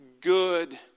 good